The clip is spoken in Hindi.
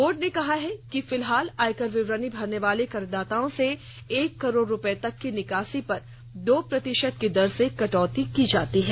बोर्ड ने कहा है कि फिलहाल आयकर विवरणी भरने वाले करदाताओं से एक करोड़ रुपये तक की निकासी पर दो प्रतिशत की दर से कटौती की जाती है